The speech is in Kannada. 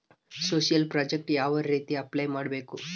ಸೋಶಿಯಲ್ ಪ್ರಾಜೆಕ್ಟ್ ಯಾವ ರೇತಿ ಅಪ್ಲೈ ಮಾಡಬೇಕು?